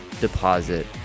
deposit